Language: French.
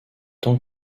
tant